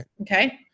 Okay